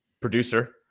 producer